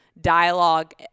dialogue